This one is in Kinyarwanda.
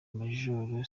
majoro